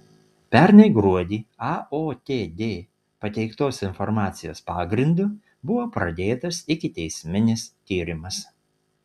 pernai gruodį aotd pateiktos informacijos pagrindu buvo pradėtas ikiteisminis tyrimas